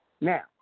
Now